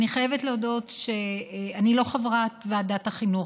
אני חייבת להודות שאני לא חברת ועדת החינוך,